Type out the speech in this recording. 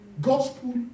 Gospel